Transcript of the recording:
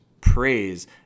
praise